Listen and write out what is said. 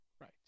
right